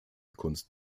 kunst